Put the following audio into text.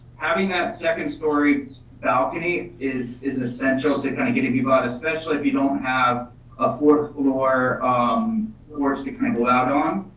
having that second story balcony is is essential to kind of getting people out especially if you don't have a fourth floor um watch to kind of go out on.